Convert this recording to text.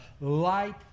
light